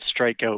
strikeout